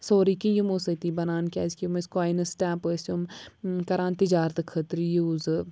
سورُے کیٚنٛہہ یِمو سۭتی بَنان کیٛازِکہِ یِم ٲسۍ کۄینہٕ ٮسٕٹٮ۪مپ ٲسۍ یِم کَران تِجارتہٕ خٲطرٕ یوٗز